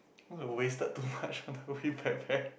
cause we wasted too much on the We Bare Bears